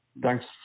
Thanks